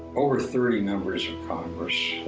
over thirty members of congress,